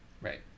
right